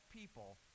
people